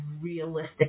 realistic